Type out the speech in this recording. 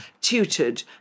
tutored